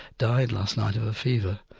died last night of a fever.